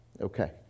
okay